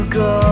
go